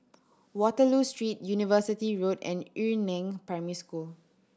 Waterloo Street University Road and Yu Neng Primary School